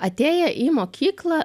atėję į mokyklą